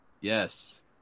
Yes